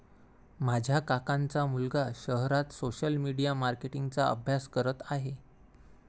माझ्या काकांचा मुलगा शहरात सोशल मीडिया मार्केटिंग चा अभ्यास करत आहे